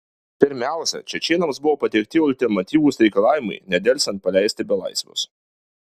pirmiausia čečėnams buvo pateikti ultimatyvūs reikalavimai nedelsiant paleisti belaisvius